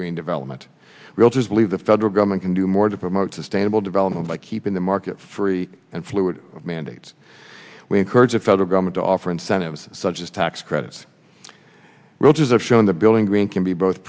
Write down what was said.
green development realtors leave the federal government can do more to promote sustainable development by keeping the market free and fluid mandates we encourage the federal government to offer incentives such as tax credits realtors are shown the building green can be both